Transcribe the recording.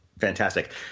Fantastic